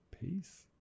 Peace